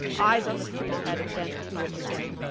eyes on the street ahead and bent to it again.